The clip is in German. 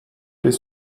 des